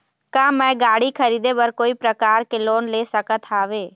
का मैं गाड़ी खरीदे बर कोई प्रकार के लोन ले सकत हावे?